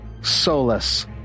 solace